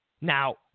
now